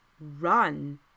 run